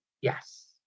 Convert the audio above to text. yes